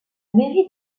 mairie